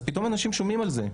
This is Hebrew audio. אז פתאום אנשים שומעים על זה,